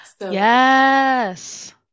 Yes